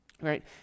right